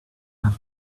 have